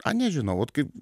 a nežinau vat kaip